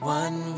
one